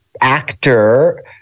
actor